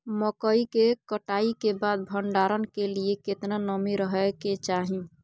मकई के कटाई के बाद भंडारन के लिए केतना नमी रहै के चाही?